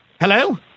Hello